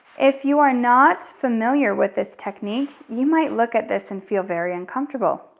if you are not familiar with this technique, you might look at this and feel very uncomfortable.